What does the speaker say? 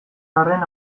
arren